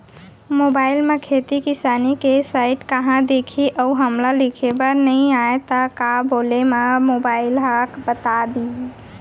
Mobile म खेती किसानी के साइट कहाँ दिखही अऊ हमला लिखेबर नई आय त का बोले म मोबाइल ह बता दिही?